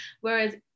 whereas